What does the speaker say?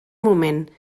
moment